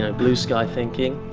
ah blue sky thinking.